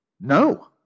No